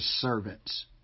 servants